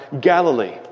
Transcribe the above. Galilee